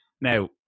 Now